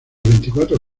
veinticuatro